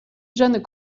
jeunes